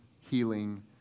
healing